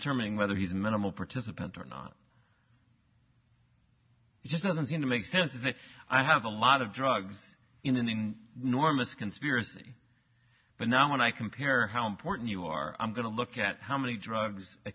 terming whether he's a minimal participant or not just doesn't seem to make sense is that i have a lot of drugs in the normal conspiracy but now when i compare how important you are i'm going to look at how many drugs a